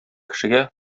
кешегә